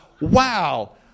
wow